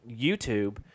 YouTube